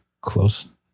close